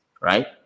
right